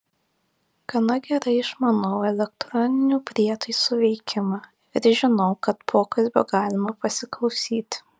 gana gerai išmanau elektroninių prietaisų veikimą ir žinau kad pokalbio galima pasiklausyti